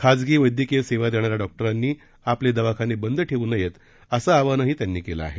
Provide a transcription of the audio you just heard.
खासगी बैद्यकीय सेवा देणाऱ्या डॉक्टरांनी आपले दवाखाने बंद ठेवू नयेत असं आवाहनही पवार यांनी केलं आहे